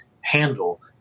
handle